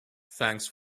thanks